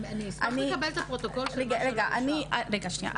רגע, שנייה.